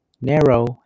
narrow